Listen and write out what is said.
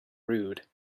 rude